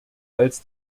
als